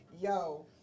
Yo